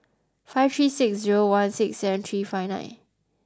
five three six zero one six seven three five nine